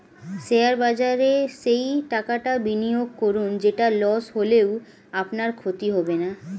share বাজারে সেই টাকাটা বিনিয়োগ করুন যেটা লস হলেও আপনার ক্ষতি হবে না